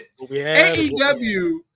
AEW